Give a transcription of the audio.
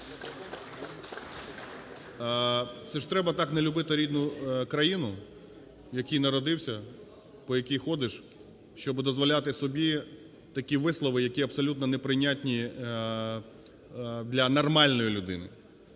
Це ж треба так не любити рідну країну, в якій народився, по якій ходиш, щоби дозволяти собі такі вислови, які абсолютно неприйнятні для нормальної людини.